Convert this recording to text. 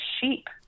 sheep